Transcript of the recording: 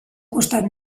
costat